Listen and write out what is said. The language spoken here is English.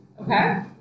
Okay